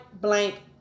blank